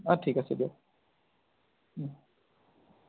অঁ ঠিক আছে দিয়ক